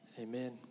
Amen